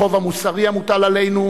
החוב המוסרי המוטל עלינו,